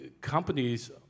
companies